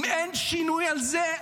אם אין שינוי בזה,